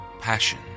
passion